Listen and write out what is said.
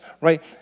right